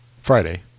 Friday